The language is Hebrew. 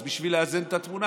אז בשביל לאזן את התמונה,